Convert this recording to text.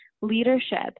leadership